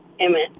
Amen